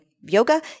yoga